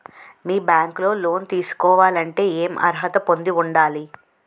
మీ bank లో loan తీసుకోవాలంటే ఎం అర్హత పొంది ఉండాలి?